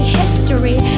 history